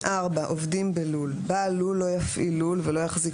עובדים בלול בעל לול לא יפעיל לול ולא יחזיק